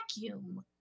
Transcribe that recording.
vacuum